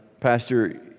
Pastor